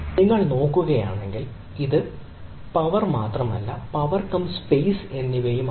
നിങ്ങൾ നോക്കുകയാണെങ്കിൽ ഇത് പവർ മാത്രമല്ല പവർ കം സ്പേസ് എന്നിവയുമുണ്ട്